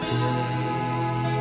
day